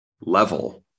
level